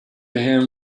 him